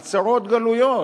מעשרות גלויות,